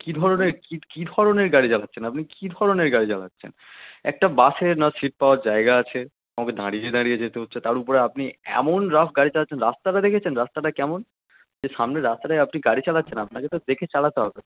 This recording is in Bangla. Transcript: কী ধরনের কী কী ধরনের গাড়ি চালাচ্ছেন আপনি কী ধরনের গাড়ি চালাচ্ছেন একটা বাসে না সিট পাওয়ার জায়গা আছে আমাকে দাঁড়িয়ে দাঁড়িয়ে যেতে হচ্ছে তার উপরে আপনি এমন রাফ গাড়ি চালাচ্ছেন রাস্তাটা দেখেছেন রাস্তাটা কেমন যে সামনের রাস্তাটায় আপনি গাড়ি চালাচ্ছেন আপনাকে তো দেখে চালাতে হবে